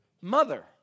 mother